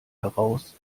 heraus